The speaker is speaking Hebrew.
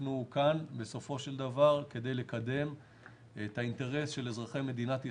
אנחנו כאן כדי לקדם את האינטרס של אזרחי מדינת ישראל.